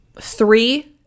three